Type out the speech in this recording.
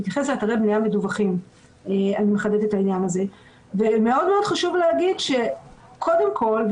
חשוב מאוד להגיד שקודם כול,